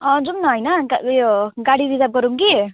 अँ जाउँ न होइन अन्त उयो गाडी रिजर्भ गरौँ कि